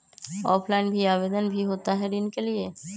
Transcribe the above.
Offline भी आवेदन भी होता है ऋण के लिए?